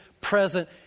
present